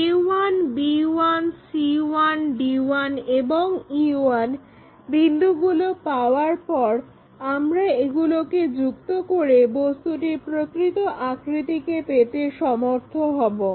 a1 b1 c1 d1 এবং e1 বিন্দুগুলো পাওয়ার পর আমরা এগুলোকে যুক্ত করে বস্তুটির প্রকৃত আকৃতিকে পেতে সমর্থ হবো